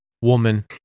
woman